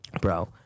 Bro